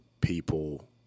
people